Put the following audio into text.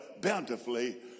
bountifully